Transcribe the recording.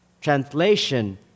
Translation